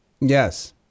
yes